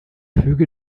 füge